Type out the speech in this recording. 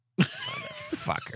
Motherfucker